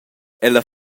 ella